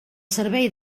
servei